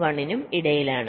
1 നും ഇടയിലാണ്